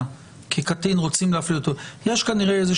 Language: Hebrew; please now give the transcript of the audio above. כובדו